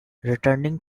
returning